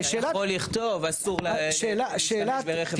אתה יכול לכתוב אסור להשתמש ברכב בשבת.